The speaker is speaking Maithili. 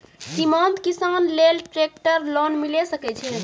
सीमांत किसान लेल ट्रेक्टर लोन मिलै सकय छै?